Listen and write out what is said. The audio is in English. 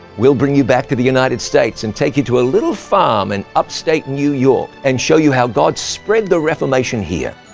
we'll bring you back to the united states and take you to a little farm in and upstate new york, and show you how god spread the reformation here.